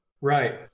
right